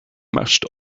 must